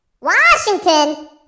Washington